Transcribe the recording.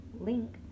link